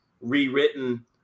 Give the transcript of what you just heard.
rewritten